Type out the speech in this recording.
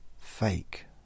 Fake